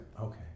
Okay